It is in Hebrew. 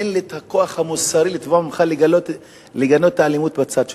אין לי הכוח המוסרי לתבוע ממך לגנות את האלימות בצד שלך.